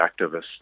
activists